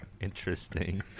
Interesting